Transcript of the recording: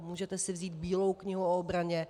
Můžete si vzít Bílou knihu o obraně.